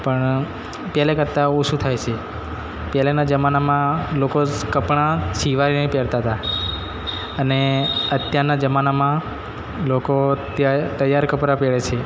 પણ પહેલે કરતાં ઓછું થાય છે પહેલેના જમાનામાં લોકો કપડાં સિવાઈને પહેરતા તા અને અત્યારના જમાનામાં લોકો તૈયાર કપડા પહેરે છે